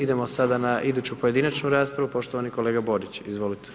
Idemo sada na iduću pojedinačnu raspravu, poštovani kolega Borić, izvolite.